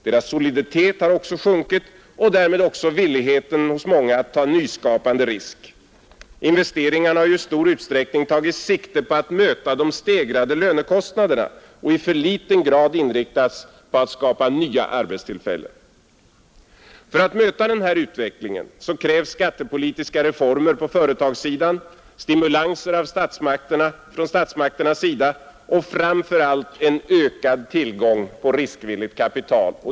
Deras soliditet har också sjunkit och därmed även villigheten hos många att ta nyskapande risk; investeringarna har i stor utsträckning tagit sikte på att möta de stegrade lönekostnaderna och i för liten grad inriktats på att skapa nya arbetstillfällen, För att möta denna utveckling krävs skattepolitiska reformer på företagssidan, stimulanser från statsmakterna och framför allt en ökad tillgång på riskvilligt kapital.